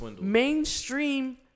mainstream